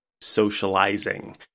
socializing